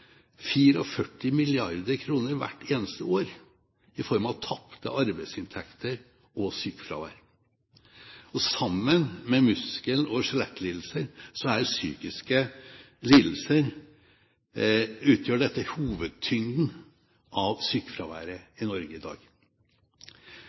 hvert eneste år i form av tapte arbeidsinntekter og sykefravær. Sammen med muskel- og skjelettlidelser utgjør psykiske lidelser hovedtyngden av sykefraværet